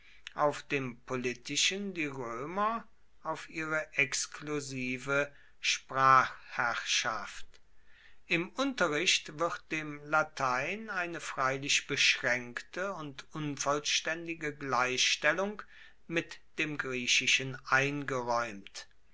auf dem politischen die römer auf ihre exklusive sprachherrschaft im unterricht wird dem latein eine freilich beschränkte und unvollständige gleichstellung mit dem griechischen eingeräumt